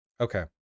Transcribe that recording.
Okay